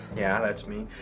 yeah, that's me.